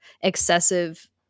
excessive